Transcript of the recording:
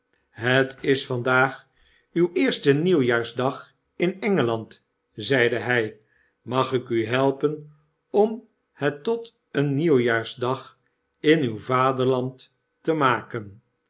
het is vandaag uw eerste nieuwjaarsdag in e n g e a n d zeide hy mag ik u helpen om het tot een nieuwjaarsdag in uw vaderland te maken